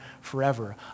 forever